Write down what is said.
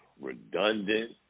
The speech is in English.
redundant